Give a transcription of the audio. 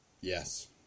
Yes